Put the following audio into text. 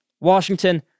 Washington